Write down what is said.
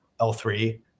L3